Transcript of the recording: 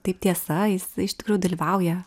taip tiesa jis iš tikrųjų dalyvauja